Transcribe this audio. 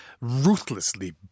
Ruthlessly